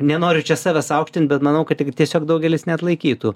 nenoriu čia savęs aukštint bet manau kad tik tiesiog daugelis neatlaikytų